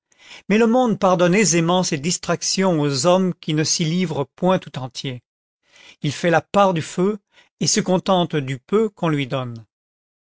mais le monde pardonne aisément ces distractions aux hommes qui ne s'y livrent point tout entiers il fait la part du feu et se contente du peu qu'on lui donne